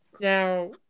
Now